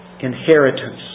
inheritance